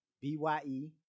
b-y-e